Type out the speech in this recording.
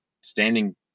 standing